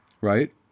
Right